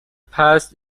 past